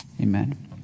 Amen